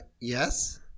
yes